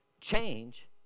change